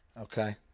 Okay